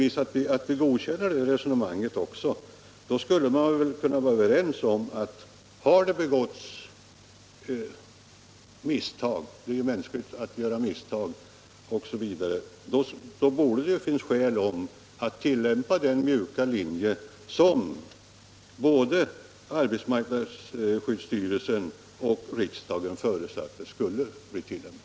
Om energiministern godkänner det resonemanget skulle vi väl också kunna vara överens om att har det begåtts misstag — det är ju mänskligt att fela — så finns det skäl att följa den mjuka linje som både arbetarskyddsstyrelsen och riksdagen förutsatte skulle tillämpas.